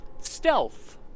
Stealth